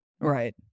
Right